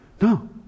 No